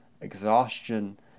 exhaustion